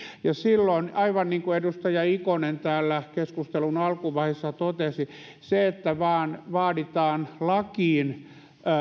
silloin aivan niin kuin edustaja ikonen täällä keskustelun alkuvaiheessa totesi se että vain vaaditaan lakiin